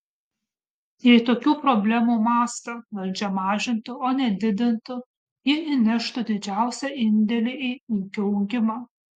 jei tokių problemų mastą valdžia mažintų o ne didintų ji įneštų didžiausią indėlį į ūkio augimą